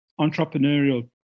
entrepreneurial